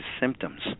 symptoms